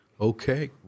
Okay